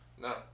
No